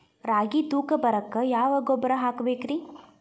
ರಾಗಿ ತೂಕ ಬರಕ್ಕ ಯಾವ ಗೊಬ್ಬರ ಹಾಕಬೇಕ್ರಿ?